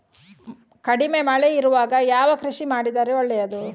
ಕಡಿಮೆ ಮಳೆ ಇರುವಾಗ ಯಾವ ಕೃಷಿ ಮಾಡಿದರೆ ಒಳ್ಳೆಯದು?